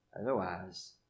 otherwise